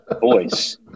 voice